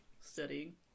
Studying